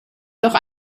doch